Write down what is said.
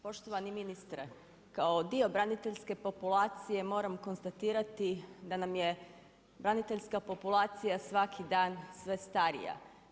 Poštovani ministre, kao dio braniteljske populacije, moram konstatirati, da nam je braniteljska populacija, svaki dan sve starija.